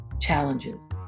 challenges